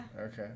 Okay